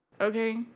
okay